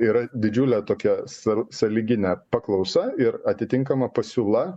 yra didžiulė tokia sąl sąlyginė paklausa ir atitinkama pasiūla